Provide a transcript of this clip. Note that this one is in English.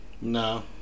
No